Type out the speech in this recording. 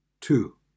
Two